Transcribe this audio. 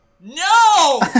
no